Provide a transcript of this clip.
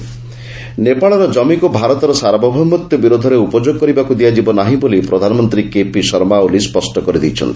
ଓଲି India foundation ନେପାଳର କମିକୁ ଭାରତର ସାର୍ବଭୌମତ୍ୱ ବିରୋଧରେ ଉପଯୋଗ କରିବାକୁ ଦିଆଯିବ ନାହିଁ ବୋଲି ପ୍ରଧାନମନ୍ତ୍ରୀ କେପି ଶର୍ମା ଓଲି ସ୍ୱଷ୍ଟ କରିଦେଇଛନ୍ତି